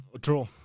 draw